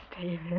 David